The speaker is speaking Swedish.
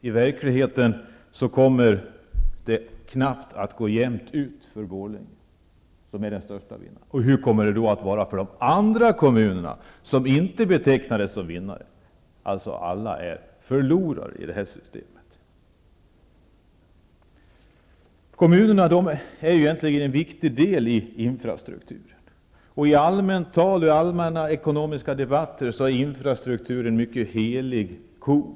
I verkligheten kommer det knappt att gå jämt ut i Borlänge, som ju är den största vinnaren. Hur kommer det då att vara för de andra kommunerna, vilka inte betecknades som vinnare? Alla är förlorare i det här systemet. Kommunerna har egentligen en viktig roll när det gäller infrastrukturen. I vardagligt tal och i allmänna ekonomiska debatter är infrastrukturen en mycket helig ko.